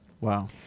Wow